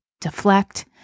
deflect